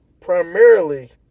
primarily